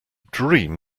dream